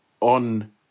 on